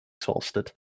exhausted